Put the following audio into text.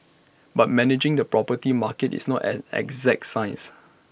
but managing the property market is not an exact science